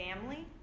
family